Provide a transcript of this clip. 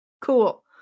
Cool